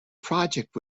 project